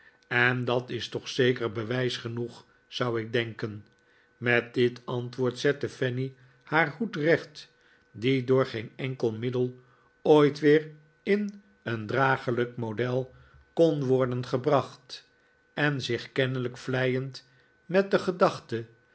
en dat is toch zeker bewijs genoeg zou ik denken met dit antwoord zette fanny haar hoed recht die door geen enkel middel ooit weer in een draaglijk model kon worden gebracht en zich kennelijk vleiend met de gedachte